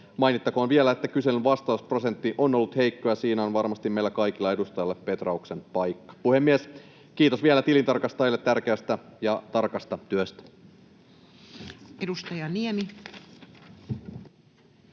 Mainittakoon vielä, että kyselyn vastausprosentti on ollut heikko, ja siinä on varmasti meillä kaikilla edustajilla petrauksen paikka. Puhemies! Kiitos vielä tilintarkastajille tärkeästä ja tarkasta työstä. Edustaja Niemi.